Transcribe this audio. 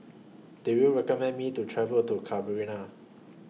Do YOU recommend Me to travel to